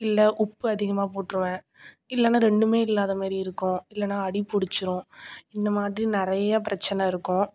இல்லை உப்பு அதிகமாக போட்டுருவேன் இல்லைனா ரெண்டுமே இல்லாத மாதிரி இருக்கும் இல்லைனா அடிபுடிச்சிடும் இந்த மாதிரி நிறைய பிரச்சனை இருக்கும்